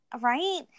Right